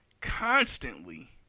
constantly